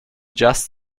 just